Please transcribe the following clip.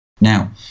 Now